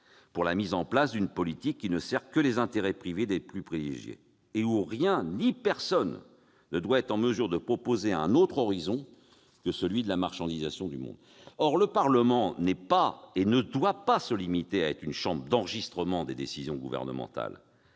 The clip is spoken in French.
pour la mise en place d'une politique qui ne sert que les intérêts privés des plus privilégiés. Rien ni personne ne doit être en mesure de proposer un autre horizon que la marchandisation du monde ! Or le Parlement n'est pas et ne doit pas se limiter à être une chambre d'enregistrement des décisions gouvernementales.